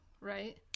right